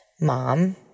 mom